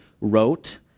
wrote